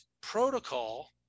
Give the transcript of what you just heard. protocol